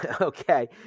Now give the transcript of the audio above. okay